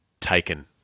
taken